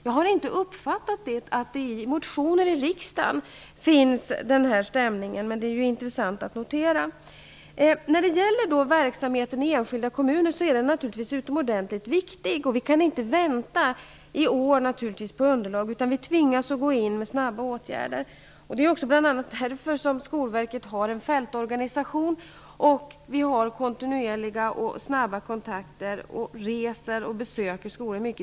Jag har inte uppfattat att den här ''stämningen'' finns i några motioner här i riksdagen, men det är intressant att notera detta. Verksamheten i enskilda kommuner är naturligtvis utomordentligt viktig, och i år kan vi inte vänta på underlag. Vi tvingas att gå in och göra snabba åtgärder. Det är bl.a. därför som Skolverket har en fältorganisation. Vi har kontinuerliga och snabba kontakter, reser runt och besöker många skolor.